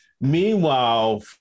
meanwhile